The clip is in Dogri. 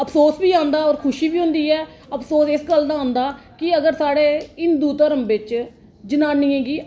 अफसोस बी आंदा होर खुशी बी होंदी ऐ अफसोस इस गल्ल दा आंदा कि अगर साढ़े हिंदू धर्म बिच्च जनानियें गी